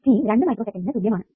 t 2 മൈക്രോ സെക്കന്റിനു തുല്യം ആണ്